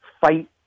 fight